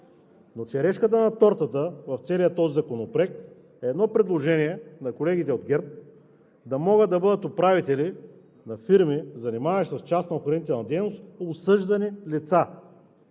Но „черешката на тортата“ в целия този законопроект е едно предложение на колегите от ГЕРБ – да могат да бъдат управители на фирми, занимаващи се с частна охранителна дейност, осъждани лица,